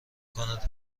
کند